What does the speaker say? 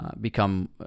become